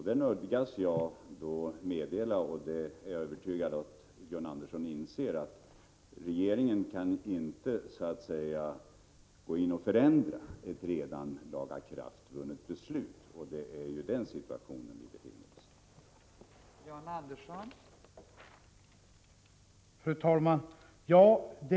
Jag nödgas då meddela — och det är jag övertygad om att John Andersson inser — att regeringen inte kan gå in och förändra ett redan lagakraftvunnet beslut, och det är ju den situationen vi befinner oss i.